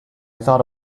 thought